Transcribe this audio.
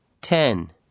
Ten